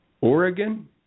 Oregon